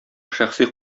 шәхси